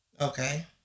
Okay